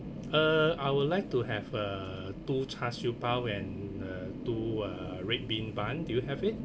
uh I would like to have uh two char siew bao and uh to uh red bean bun do you have it